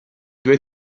due